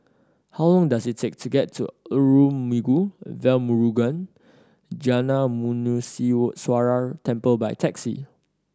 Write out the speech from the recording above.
how long does it take to get to Arulmigu Velmurugan Gnanamuneeswarar Temple by taxi